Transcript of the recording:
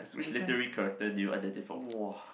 which literary character did you identify !wah!